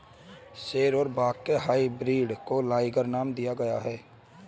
शेर और बाघ के हाइब्रिड को लाइगर नाम दिया गया है